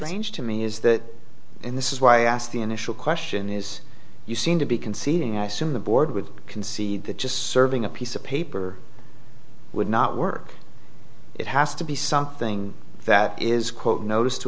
hanged to me is that in this is why i asked the initial question is you seem to be conceding i assume the board would concede that just serving a piece of paper would not work it has to be something that is quote notice to